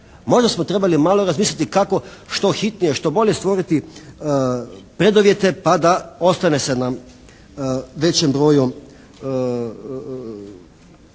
Možda smo trebali malo razmisliti kako što hitnije, što bolje stvoriti preduvjete pa da ostane se na većem broju,